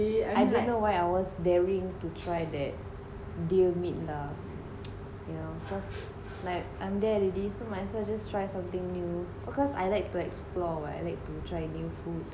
I don't know why I was daring to try that deer meat lah you know cause like I'm there already so mak I say just try something new because I like to explore [what] I like to try new food